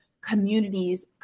communities